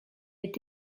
est